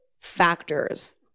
factors